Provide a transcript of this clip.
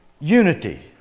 Unity